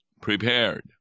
prepared